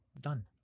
Done